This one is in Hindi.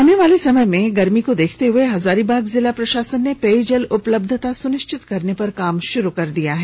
आने वाले समय में गर्मी को देखते हुए हजारीबाग जिला प्रषासन ने पेयजल उपलब्यता सुनिष्वित करने पर काम शुरू कर दिया है